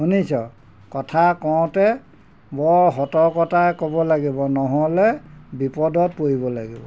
শুনিছ কথা কওঁতে বৰ সতৰ্কতাই ক'ব লাগিব নহ'লে বিপদত পৰিব লাগিব